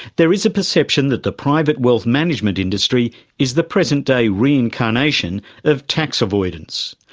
there is a perception that the private wealth management industry is the present-day reincarnation of tax avoidance.